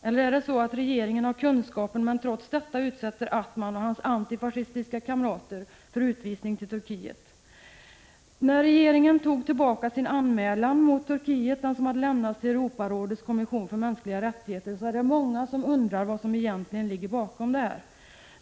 Eller är det så att regeringen har kunskapen men trots det utsätter Atman och hans antifascistiska kamrater för utvisning till Turkiet? När regeringen tog tillbaka sin anmälan mot Turkiet, som hade lämnats till Europarådets kommission för mänskliga rättigheter, var det många som undrade vad som egentligen låg bakom.